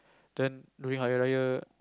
then during Hari-Raya